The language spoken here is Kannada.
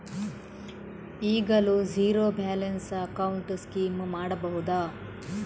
ಈಗಲೂ ಝೀರೋ ಬ್ಯಾಲೆನ್ಸ್ ಅಕೌಂಟ್ ಸ್ಕೀಮ್ ಮಾಡಬಹುದಾ?